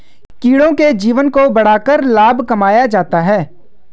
कीड़ों के जीवन को बढ़ाकर लाभ कमाया जाता है